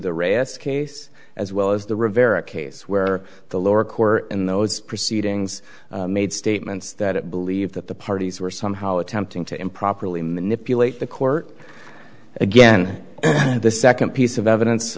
the re s case as well as the rivera case where the lower court in those proceedings made statements that it believed that the parties were somehow attempting to improperly manipulate the court again and the second piece of ev